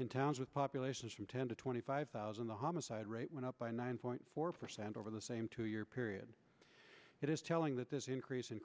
in towns with populations from ten to twenty five thousand the homicide rate went up by nine point four percent over the same two year period it is telling that this increas